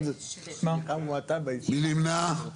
מי נמנע?